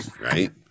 right